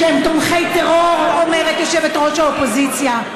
שהם תומכי טרור, אומרת יושבת-ראש האופוזיציה.